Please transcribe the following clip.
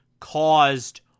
caused